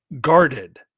guarded